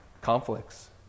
conflicts